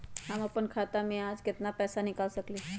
हम अपन खाता में से आज केतना पैसा निकाल सकलि ह?